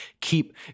keep